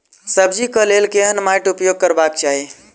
सब्जी कऽ लेल केहन माटि उपयोग करबाक चाहि?